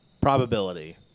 probability